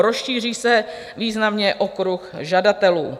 Rozšíří se významně okruh žadatelů.